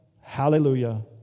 hallelujah